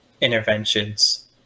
interventions